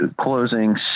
closing